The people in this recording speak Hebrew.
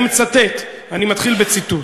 אני מצטט, אני מתחיל בציטוט,